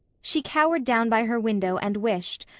she cowered down by her window and wished,